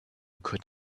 could